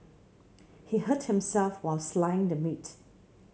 he hurt himself while slicing the meat